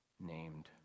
named